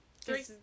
Three